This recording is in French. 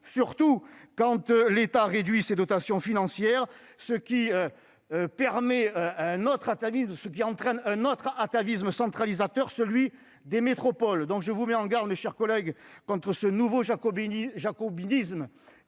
particulier quand l'État réduit ses dotations financières, réveillant un autre atavisme centralisateur, celui des métropoles ? Je vous mets en garde, mes chers collègues, contre ce nouveau jacobinisme